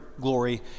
glory